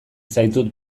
zaitut